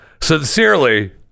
Sincerely